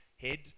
head